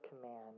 command